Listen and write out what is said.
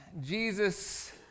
Jesus